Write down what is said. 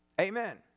Amen